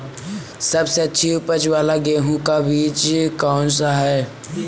सबसे अच्छी उपज वाला गेहूँ का बीज कौन सा है?